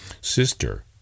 sister